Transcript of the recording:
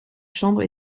chambres